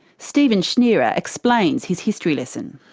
stephan schnierer explains his history lesson.